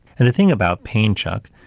and the thing about pain, chuck,